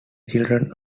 children